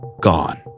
Gone